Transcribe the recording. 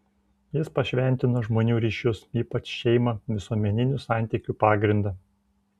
jis pašventino žmonių ryšius ypač šeimą visuomeninių santykių pagrindą